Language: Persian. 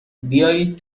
بیایید